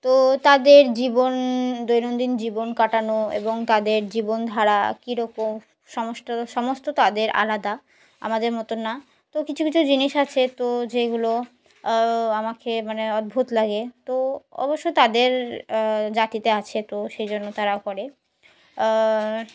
তো তাদের জীবন দৈনন্দিন জীবন কাটানো এবং তাদের জীবনধারা কীরকম সমস্ত সমস্ত তাদের আলাদা আমাদের মতো না তো কিছু কিছু জিনিস আছে তো যেগুলো আমাকে মানে অদ্ভুত লাগে তো অবশ্য তাদের জাতিতে আছে তো সেই জন্য তারা করে